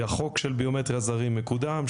החוק של ביומטריה זרים מקודם,